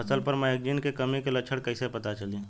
फसल पर मैगनीज के कमी के लक्षण कईसे पता चली?